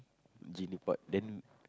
genie pot then